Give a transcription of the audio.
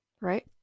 right